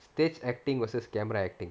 stage acting versus camera acting